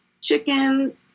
chicken